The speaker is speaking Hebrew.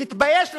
תתבייש לך,